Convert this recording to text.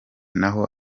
naho